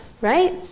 right